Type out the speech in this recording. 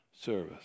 service